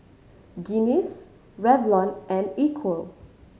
Guinness Revlon and Equal